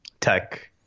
tech